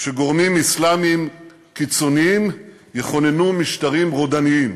שגורמים אסלאמיים קיצוניים יכוננו משטרים רודניים.